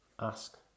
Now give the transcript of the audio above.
Ask